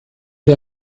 the